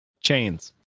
Chains